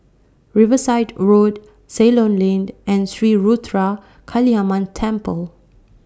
Riverside Road Ceylon Lane and Sri Ruthra Kaliamman Temple